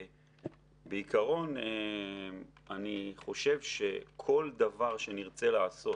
בעיקרון אני חושב שכל דבר שנרצה לעשות,